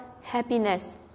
happiness